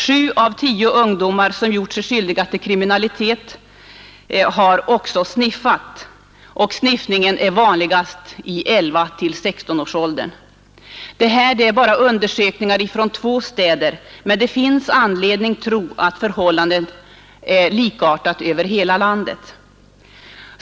Sju av tio ungdomar som gjort sig skyldiga till kriminalitet har också sniffat, och sniffningen är vanligast i 11—16-årsåldern. Det här är bara undersökningar från två städer, men det finns anledning tro att förhållandena är likartade över hela landet.